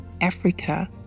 Africa